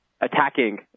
attacking